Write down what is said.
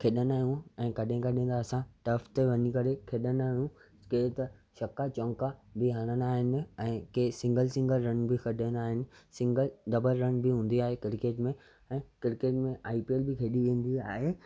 खेॾंदा आहियूं ऐं कॾहिं कॾहिं त असां टैरिस ते वञी करे खेॾंदा आहियूं के त छक्का चौंका बि हणंदा आहिनि ऐं के सिंगल सिंगल रन बि कढंदा आहिनि सिंगल डबल रन बि हूंदी आहे क्रिकेट में ऐं क्रिकेट में आइ पी एल बि खेॾी वेंदी आहे